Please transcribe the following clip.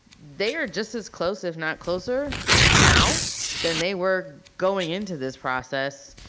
they are just as close if not closer now than they were going into this process.